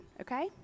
okay